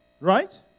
Right